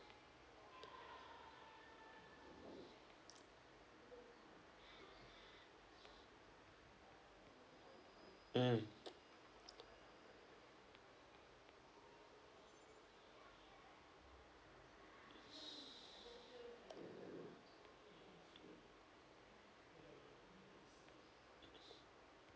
mm